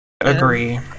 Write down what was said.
agree